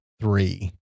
three